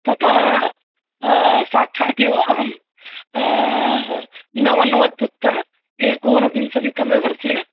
ततः साक्षादेव अहं नवनवत्युत्तर एकोनविंशतितमे बर्षे